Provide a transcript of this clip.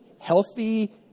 healthy